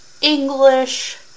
English